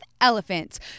Elephants